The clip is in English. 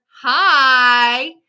Hi